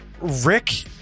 Rick